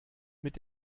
mit